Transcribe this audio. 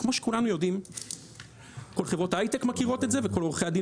כמו שכולנו יודעים - כל חברות ההיי-טק מכירות את זה וכל עורכי הדין